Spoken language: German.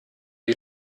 die